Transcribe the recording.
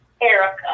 Erica